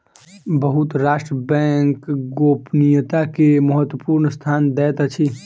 बहुत राष्ट्र बैंक गोपनीयता के महत्वपूर्ण स्थान दैत अछि